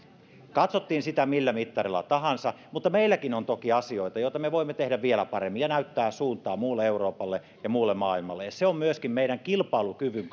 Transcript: katsottiin sitä millä mittarilla tahansa mutta meilläkin on toki asioita joita voimme tehdä vielä paremmin ja näyttää suuntaa muulle euroopalle ja muulle maailmalle se on myöskin meidän kilpailukyvyn